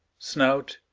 snout,